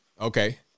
Okay